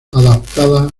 adaptada